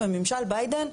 וממשל ביידן,